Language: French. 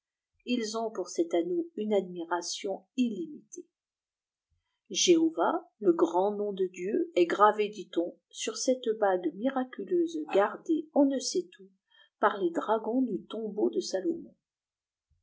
ils ont pour cet anneau line admiration illimitée jehova le grand nom de dieu est gravé dit-on sur cette bague miraculeuse gardée on ne sait où par les dragons du tom beau de salomon